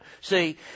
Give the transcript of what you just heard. See